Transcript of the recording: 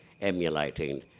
emulating